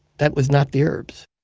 that was not the herbs